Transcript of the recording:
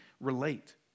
relate